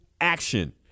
action